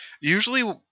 usually